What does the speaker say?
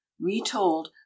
Retold